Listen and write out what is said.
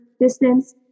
distance